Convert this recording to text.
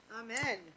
amen